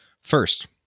first